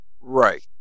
Right